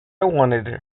wanted